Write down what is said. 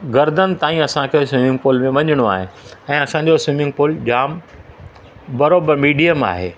गर्दन ताईं असांखे स्विमींग पूल में वञिणो आहे ऐं असांजो स्विमींग पूल जाम बराबरि मीडियम आहे